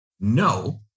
No